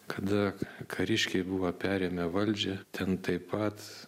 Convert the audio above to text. kada kariškiai buvo perėmę valdžią ten taip pat